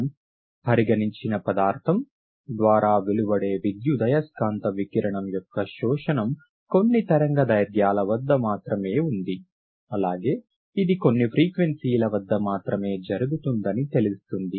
మనం పరిగణించిన పదార్ధం ద్వారా వెలువడే విద్యుదయస్కాంత వికిరణం యొక్క శోషణం కొన్ని తరంగదైర్ఘ్యాల వద్ద మాత్రమే ఉంది అలాగే ఇది కొన్ని ఫ్రీక్వెన్సీల వద్ద మాత్రమే జరుగుతుందని తెలుస్తుంది